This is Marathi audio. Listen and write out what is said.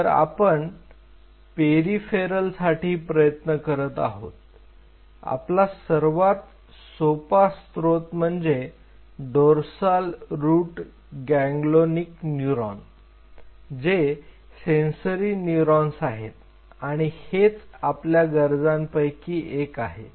तर आपण पेरिफेरल साठी प्रयत्न करत आहोत आपला सर्वात सोपा स्त्रोत म्हणजे डोर्साल रूट गॅंगलोनिक न्यूरॉन जे सेंसरी न्यूरॉन्स आहेत आणि हेच आपल्या गरजांपैकी एक आहे